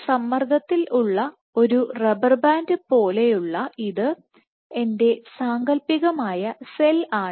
സമ്മർദ്ദത്തിൽ ഉള്ള ഒരു റബർബാൻഡ് പോലെയുള്ള ഇത് എൻറെ സാങ്കൽപ്പികമായ സെൽ ആണ്